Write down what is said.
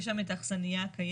יש שם את האכסניה הקיימת.